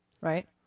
right